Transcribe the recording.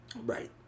Right